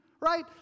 right